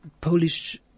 Polish